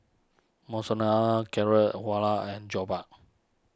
Monsunabe Carrot Halwa and Jokbal